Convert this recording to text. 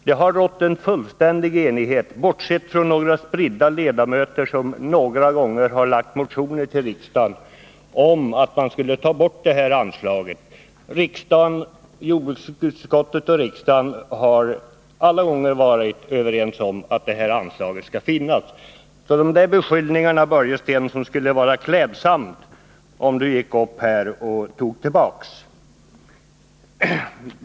Det har rått en fullständig enighet om detta, bortsett från att några spridda ledamöter några gånger har väckt motioner till riksdagen om att anslaget skall tas bort. Inom jordbruksutskottet och riksdagen har man hela tiden varit överens om att anslaget skall finnas. Det skulle därför vara klädsamt för Börje Stensson om han gick upp i talarstolen och tog tillbaka dessa beskyllningar.